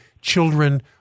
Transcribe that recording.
children